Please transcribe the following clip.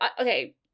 Okay